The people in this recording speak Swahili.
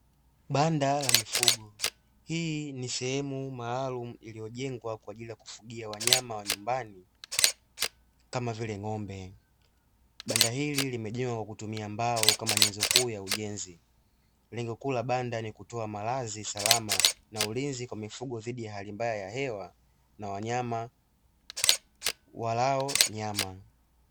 banda La mifugo hii ni sehemu maalumu iliyojengwa kwa ajili ya kufugia wanyama wa nyumbani kama vile ng'ombe banda hili limejengwa kwa kutumia mbao, kama nyenzo kuu ya ujenzi lengo kuu la banda ni kutoa malazi salama na ulinzi kwa mifugo dhidi ya hali mbaya ya hewa na wanyama.